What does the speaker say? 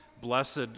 blessed